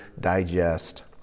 digest